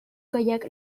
gaiak